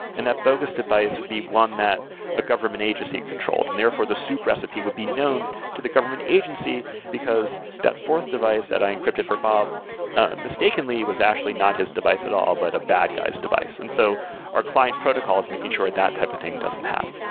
and that bogus device would be one that a government agency controlled. and therefore, the soup recipe would be known to the government agency because that fourth device that i encrypted for bob mistakenly was actually not his device at all, but a bad guy's device. and so our client protocol is making sure that that type of thing doesn't happen